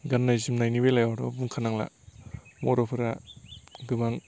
गान्नाय जोमनायनि बेलायावथ' बुंखानांला बर'फोरा गोबां